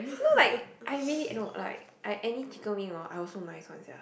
no like I really no like I any chicken wing orh I also nice one sia